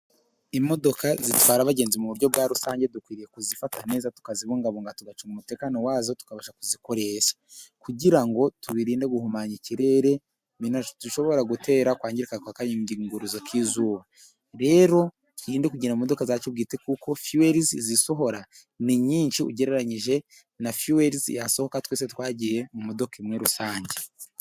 Imodoka zitwara abagenzi mu buryo bwa rusange dukwiye kuzifata neza tukazibungabunga tugacunga umutekano wazo tukabasha kuzikoresha, kugira ngo tubiririnde guhumanya ikirere, binashobora gutera kwangirika kwagakingirizo k'izuba, rero twirinde kugendera mu modoka zacu bwite, kuko fiyuwerizi zisohora ni nyinshi ugereranyije na fiyuwerizi yasohoka twese twagiye mu modoka imwe rusange.